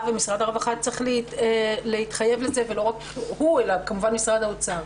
והוא צריך להתחייב לזה וגם משרד האוצר,